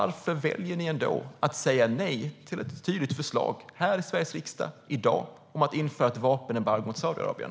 Varför väljer ni att i dag säga nej till ett tydligt förslag här i Sveriges riksdag om att införa ett vapenembargo mot Saudiarabien?